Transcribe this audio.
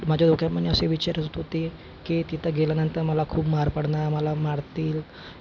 माझ्या डोक्यात म्हणजे असे विचार येत होते की तिथं गेल्यानंतर मला खूप मार पडणार मला मारतील